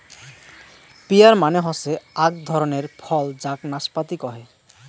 peer মানে হসে আক ধরণের ফল যাক নাসপাতি কহে